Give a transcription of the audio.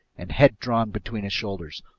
and head drawn between his shoulders,